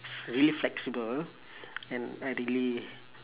it's really flexible and I really